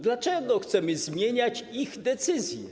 Dlaczego chcemy zmieniać ich decyzje?